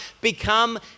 become